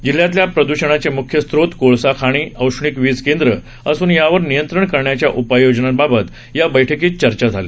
जिल्ह्यातल्या प्रद्षणाचे मुख्य स्रोत कोळसा खाणी औष्णिक वीज केंद्रं असून त्यावर नियंत्रण करण्याच्या उपाययोजनाबाबात या बैठकीत चर्चा झाली